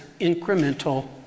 incremental